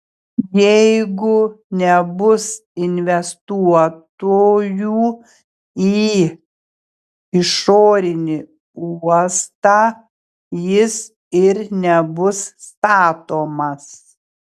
jeigu nebus investuotojų į išorinį uostą jis ir nebus statomas